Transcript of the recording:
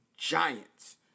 Giants